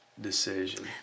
decision